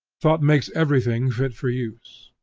thought makes everything fit for use.